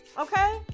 Okay